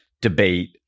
debate